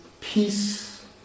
peace